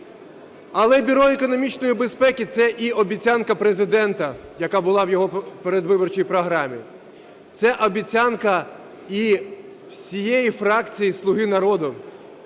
Але Бюро економічної безпеки – це і обіцянка Президента, яка була в його передвиборчій програмі. Це обіцянка і всієї фракції "Слуга народу",